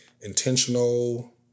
intentional